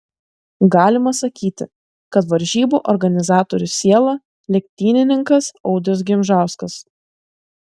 galima sakyti kad varžybų organizatorių siela lenktynininkas audrius gimžauskas